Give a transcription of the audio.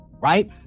right